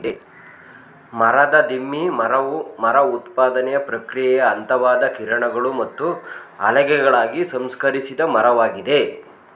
ಮರದ ದಿಮ್ಮಿ ಮರವು ಮರ ಉತ್ಪಾದನೆಯ ಪ್ರಕ್ರಿಯೆಯ ಹಂತವಾದ ಕಿರಣಗಳು ಮತ್ತು ಹಲಗೆಗಳಾಗಿ ಸಂಸ್ಕರಿಸಿದ ಮರವಾಗಿದೆ